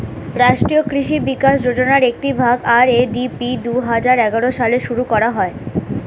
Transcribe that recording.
রাষ্ট্রীয় কৃষি বিকাশ যোজনার একটি ভাগ, আর.এ.ডি.পি দুহাজার এগারো সালে শুরু করা হয়